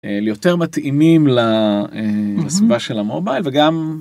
יותר מתאימים לסביבה של המובייל וגם.